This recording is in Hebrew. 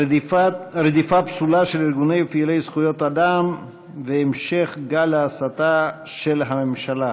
רדיפה פסולה של ארגוני פעילי זכויות אדם והמשך גל ההסתה של הממשלה,